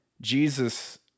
Jesus